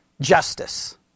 justice